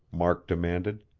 mark demanded.